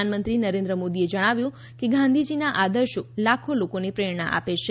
પ્રધાનમંત્રી નરેન્દ્ર મોદીએ જણાવ્યું કે ગાંધીજીના આદર્શો લાખો લોકોને પ્રેરણા આપે છે